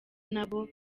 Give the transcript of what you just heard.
nabo